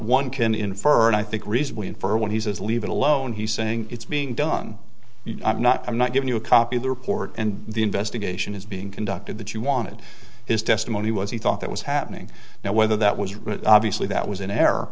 one can infer and i think reasonably infer when he says leave it alone he's saying it's being done i'm not i'm not giving you a copy of the report and the investigation is being conducted that you wanted his testimony was he thought that was happening now whether that was obviously that was in